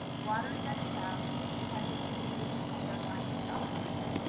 water gushed out and the community and their livestock drank.